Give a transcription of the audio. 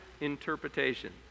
interpretation